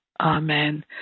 amen